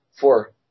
Four